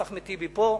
אחמד טיבי פה,